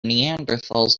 neanderthals